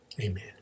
amen